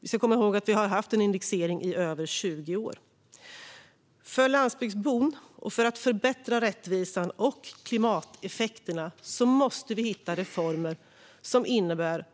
Vi ska komma ihåg att vi har haft en indexering i över 20 år. För landsbygdsbon, och för att förbättra rättvisan och klimateffekterna, måste vi hitta reformer som innebär